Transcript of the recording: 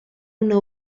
una